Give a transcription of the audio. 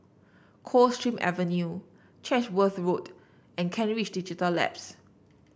Coldstream Avenue Chatsworth Road and Kent Ridge Digital Labs